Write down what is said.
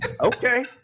Okay